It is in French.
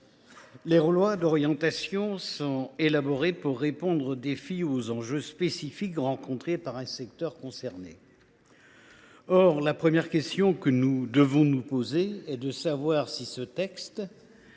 les lois d’orientation sont élaborées pour répondre aux défis et aux enjeux spécifiques rencontrés par tel ou tel secteur. Or la première question que nous devons nous poser est de savoir si ce texte